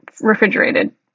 refrigerated